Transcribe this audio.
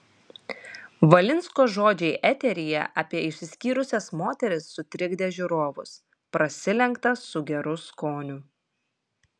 valinsko žodžiai eteryje apie išsiskyrusias moteris sutrikdė žiūrovus prasilenkta su geru skoniu